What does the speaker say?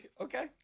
Okay